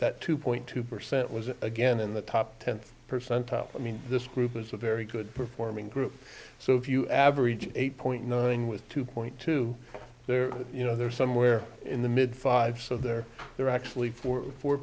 that two point two percent was again in the top ten percent top i mean this group is a very good performing group so if you average eight point nine with two point two there you know they're somewhere in the mid five so they're there actually four four